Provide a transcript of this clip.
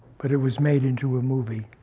but it was made into a movie.